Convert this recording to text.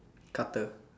cutter